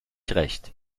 recht